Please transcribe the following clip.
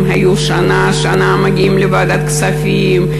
הם היו שנה-שנה מגיעים לוועדת הכספים,